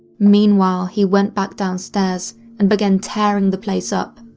meanwhile he went back downstairs and began tearing the place up,